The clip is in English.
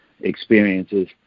experiences